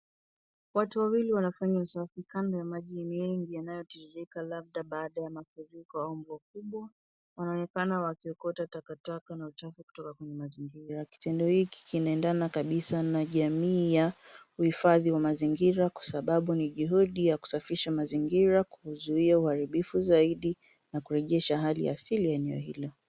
Watu wawili wanafanya usafi kando ya maji mengi yanayotiririka labda baada ya mafuriko au mvua kubwa. Wanaonekana wakiokota takataka na uchafu kutoka kwenye mazingira. Kitendo hiki kinaendana kabisa na jamii ya uhifadhi wa mazingira kwa sababu ni juhudi ya kusafisha mazingira kuzuhia uaribifu zaidi na kurejesha hali ya asili eneo hilo.